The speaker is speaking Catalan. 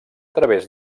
través